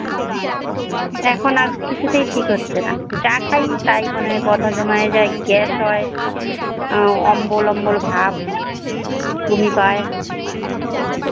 এখন আর কিছুতেই ঠিক হচ্ছে না যা খাই তাই মনে হয় বদহজম হয়ে যায় গ্যাস হ হয় অম্বল অম্বল ভাব বমি পায়